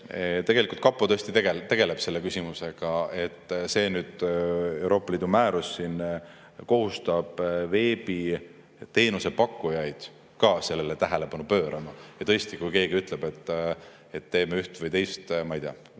tegelikult kapo tõesti tegeleb selle küsimusega. Aga see Euroopa Liidu määrus kohustab veebiteenusepakkujaid ka sellele tähelepanu pöörama. Ja tõesti, kui keegi ütleb, et teeme üht või teist, ma ei tea,